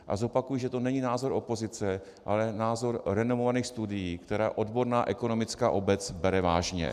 A zopakuji, že to není názor opozice, ale názor renomovaných studií, které odborná ekonomická obec bere vážně.